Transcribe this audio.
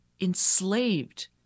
enslaved